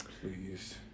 please